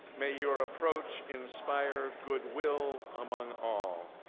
may your approach inspire good will among all.